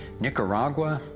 nicaragua,